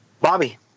Bobby